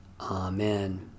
Amen